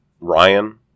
ryan